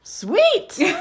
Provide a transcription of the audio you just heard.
Sweet